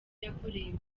yakoreye